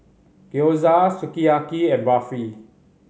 Gyoza Sukiyaki and Barfi